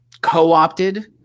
co-opted